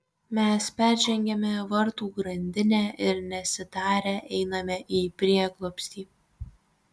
mes peržengiame vartų grandinę ir nesitarę einame į prieglobstį